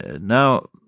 Now